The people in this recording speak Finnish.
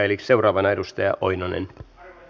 eli seuraavana edustaja oinonen